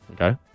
Okay